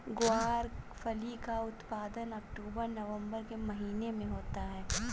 ग्वारफली का उत्पादन अक्टूबर नवंबर के महीने में होता है